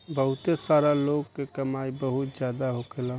बहुते सारा लोग के कमाई बहुत जादा होखेला